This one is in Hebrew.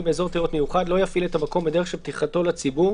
באזור תיירות מיוחד לא יפעל את המקום בדרך של פתיחתו לציבור